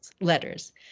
letters